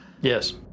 Yes